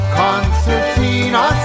concertina